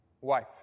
wife